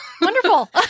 Wonderful